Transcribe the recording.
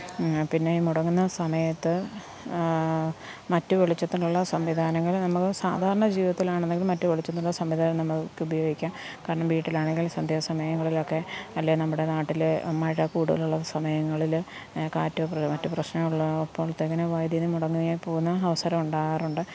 പിന്നെ ഈ മുടങ്ങുന്ന സമയത്ത് മറ്റു വെളിച്ചത്തിനുള്ള സംവിധാനങ്ങളും നമുക്ക് സാധാരണ ജീവിതത്തിലാണെങ്കിൽ മറ്റ് വെളിച്ചത്തിനുള്ള സംവിധാനം നമുക്ക് ഉപയോഗിക്കാം കാരണം വീട്ടിൽ ആണെങ്കിൽ സന്ധ്യ സമയങ്ങളിലൊക്കെ അല്ലേൽ നമ്മുടെ നാട്ടില് മഴ കൂടുതലുള്ള സമയങ്ങളില് കാറ്റ് മറ്റ് പ്രശ്നമുള്ള അപ്പോൾത്തേക്കിന് വൈദ്യുതി മുടങ്ങി പോകുന്ന അവസരം ഉണ്ടാകാറുണ്ട്